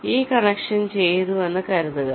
ഈ കണക്ഷൻ ചെയ്തുവെന്ന് കരുതുക